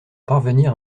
parvenir